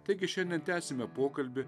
taigi šiandien tęsiame pokalbį